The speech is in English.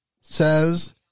says